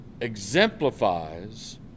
exemplifies